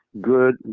good